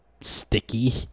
sticky